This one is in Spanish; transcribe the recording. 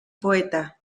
poeta